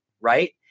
Right